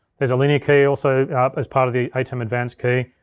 there's a linear key also as part of the atem advanced key,